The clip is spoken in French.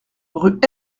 rue